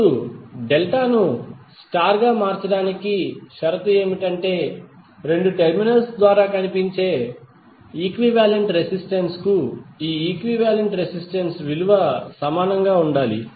ఇప్పుడు డెల్టా ను స్టార్ గా మార్చడానికి షరతు ఏమిటంటే రెండు టెర్మినల్స్ ద్వారా కనిపించే ఈక్వివాలెంట్ రెసిస్టెన్స్ కు ఈ ఈక్వివాలెంట్ రెసిస్టెన్స్ విలువ సమానంగా ఉండాలి